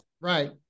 Right